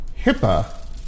HIPAA